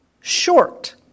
short